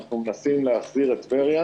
אנחנו מנסים להחזיר את טבריה,